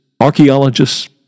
archaeologists